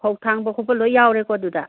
ꯐꯧ ꯊꯥꯡꯕ ꯈꯣꯠꯄ ꯂꯣꯏ ꯌꯥꯎꯔꯦꯀꯣ ꯑꯗꯨꯗ